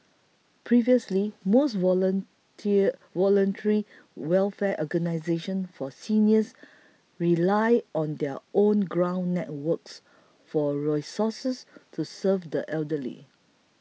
previously most volunteer voluntary welfare organisations for seniors relied on their own ground networks for resources to serve the elderly